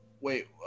wait